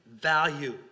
value